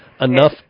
enough